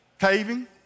caving